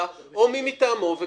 תקציבים או מי מטעמו,